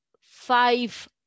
five